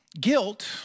Guilt